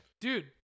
Dude